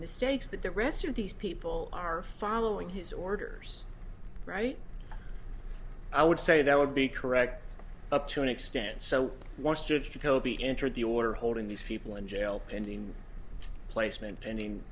mistakes but the rest of these people are following his orders right i would say that would be correct up to an extent so once judge jacoby entered the order holding these people in jail pending placement an